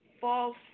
false